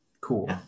cool